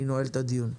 אני נועל את הדיון.